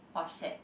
or shared